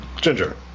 Ginger